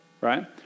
Right